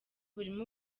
burimo